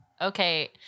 Okay